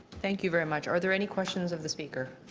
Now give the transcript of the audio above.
thank you very much, are there any questions of the speaker?